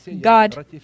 God